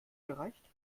gereicht